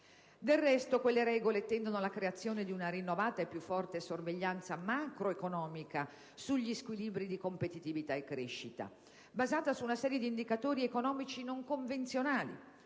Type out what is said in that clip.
Del resto, quelle regole tendono alla creazione di una rinnovata e più forte sorveglianza macroeconomica sugli squilibri di competitività e crescita, basata su una serie di indicatori economici "non convenzionali",